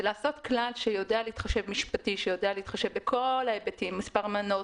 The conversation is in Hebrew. לעשות כלל משפטי שיודע להתחשב בכל ההיבטים מספר מנות,